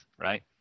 right